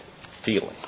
feeling